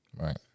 Right